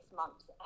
months